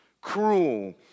cruel